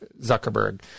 Zuckerberg